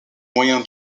moyen